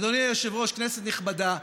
אדוני היושב-ראש, כנסת נכבדה,